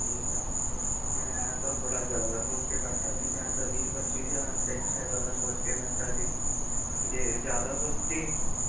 ਠੀਕ ਹੈ ਮੈਂ ਤਾਂ ਬੜਾ ਜ਼ਿਆਦਾ ਸੋਚ ਕੇ ਬੈਠਾ ਸੀ ਮੈਂ ਤਾਂ ਵੀਹ ਪੱਚੀ ਹਜ਼ਾਰ ਰੁਪਏ ਇੱਕ ਸੈਕਲ ਦਾ ਸੋਚ ਕੇ ਬੈਠਾ ਸੀ ਜੇ ਜ਼ਿਆਦਾ ਸਸਤੀ ਹੈ